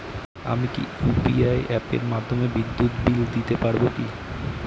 আমি কি ইউ.পি.আই অ্যাপের মাধ্যমে বিদ্যুৎ বিল দিতে পারবো কি?